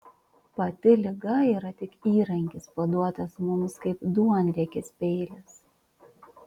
pati liga yra tik įrankis paduotas mums kaip duonriekis peilis